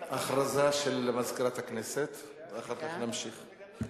הודעה למזכירת הכנסת, ואחר כך נמשיך.